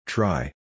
Try